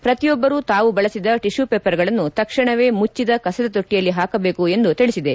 ಪ್ರತಿಯೊಬ್ಲರೂ ತಾವು ಬಳಸಿದ ಟಿಶ್ಯೂ ಪೇಪರ್ಗಳನ್ನು ತಕ್ಷಣವೇ ಮುಚ್ದದ ಕಸದ ತೊಟ್ಟಿಯಲ್ಲಿ ಹಾಕಬೇಕು ಎಂದು ತಿಳಿಸಿದೆ